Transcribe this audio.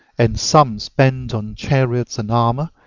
and sums spent on chariots and armor,